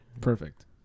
perfect